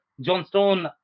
Johnstone